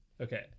Okay